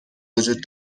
وجود